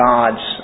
God's